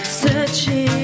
searching